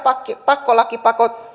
pakkolakipäätöksen